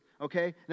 okay